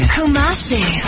Kumasi